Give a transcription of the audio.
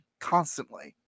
constantly